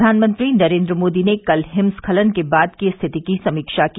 प्रधानमंत्री नरेन्द्र मोदी ने कल हिमस्खलन के बाद की स्थिति की समीक्षा की